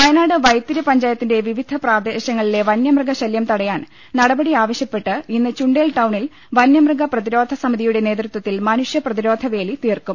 വയനാട് വൈത്തിരി പഞ്ചായത്തിന്റെ വിവിധ പ്രദേ ശങ്ങളിലെ വന്യമൃഗശലൃം തടിയാൻ നടപടി ആവശൃ പ്പെട്ട് ഇന്ന് ചുണ്ടേൽ ടൌണിൽ പന്യമൃഗ പ്രതിരോധ സമി തിയുടെ നേതൃത്വത്തിൽ മനുഷ്യ പ്രതിരോധ വേലി തീർക്കും